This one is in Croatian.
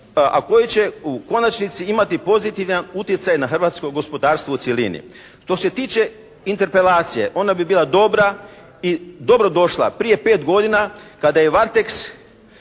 a koji će u konačnici imati pozitivan utjecaj na hrvatsko gospodarstvo u cjelini. Što se tiče interpelacije ona bi bila dobra i dobrodošla prije pet godina kada je "Varteks"